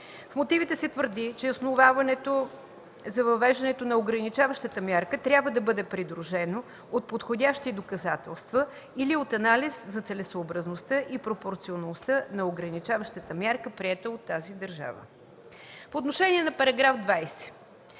В мотивите се твърди, че „основанието за въвеждането на ограничаващата мярка трябва да бъде придружено от подходящи доказателства или от анализ за целесъобразността и пропорционалността на ограничаващата мярка, приета от тази държава”. По отношение на § 20 в